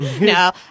No